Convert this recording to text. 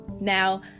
Now